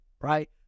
right